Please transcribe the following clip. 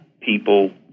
people